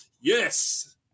Yes